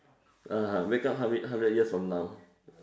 (uh huh) wake up hundred hundred years from now